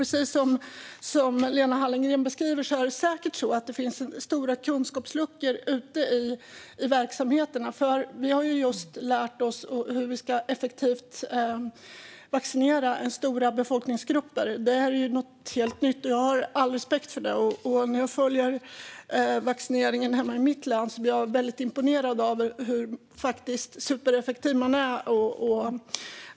Precis som Lena Hallengren beskriver finns det säkert stora kunskapsluckor ute i verksamheterna, och vi har ju just lärt oss hur vi effektivt ska vaccinera stora befolkningsgrupper. Det här är något helt nytt, och jag har all respekt för det. När jag följer vaccineringen i mitt hemlän blir jag imponerad av hur supereffektiv man är.